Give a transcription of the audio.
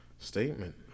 Statement